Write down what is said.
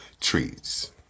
trees